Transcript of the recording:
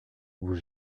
vous